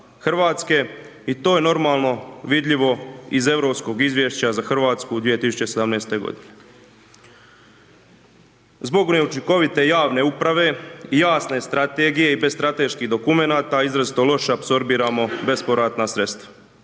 RH i to je normalno vidljivo iz europskog izvješća za RH u 2017.g. Zbog neučinkovite javne uprave, jasne strategije i bez strateških dokumenata, izrazito loše apsorbiramo bespovratna sredstva.